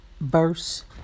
verse